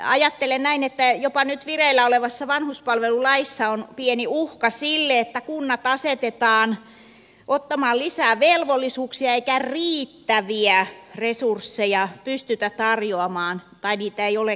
ajattelen näin että jopa nyt vireillä olevassa vanhuspalvelulaissa on pieni uhka että kunnat asetetaan ottamaan lisää velvollisuuksia eikä riittäviä resursseja pystytä tarjoamaan tai niitä ei ole käytössä